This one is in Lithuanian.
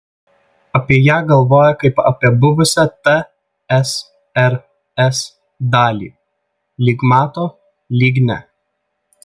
apie ją galvoja kaip apie buvusią tsrs dalį lyg mato lyg ne